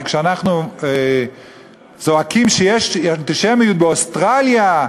אבל כשאנחנו צועקים שיש אנטישמיות באוסטרליה,